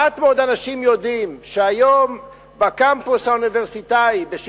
מעט מאוד אנשים יודעים שהיום בקמפוס האוניברסיטאי של העיר אילת,